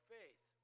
faith